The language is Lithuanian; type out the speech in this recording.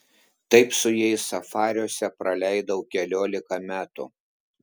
taip su jais safariuose praleidau keliolika metų